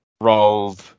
rolled